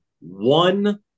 one